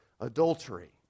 adultery